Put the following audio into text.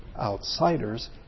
outsiders